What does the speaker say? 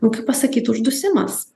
nu kaip pasakyt uždusimas